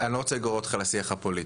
אני לא רוצה לגרור אותך לשיח הפוליטי.